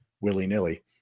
willy-nilly